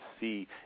see